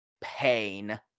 Pain